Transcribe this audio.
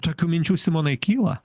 tokių minčių simonai kyla